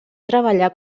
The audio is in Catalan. treballar